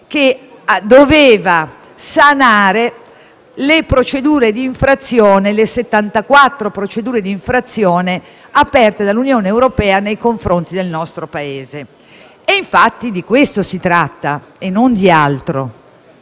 che doveva sanare le settantaquattro procedure di infrazione aperte dall'Unione europea nei confronti del nostro Paese. E infatti di questo si tratta, non di altro.